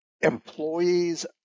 employees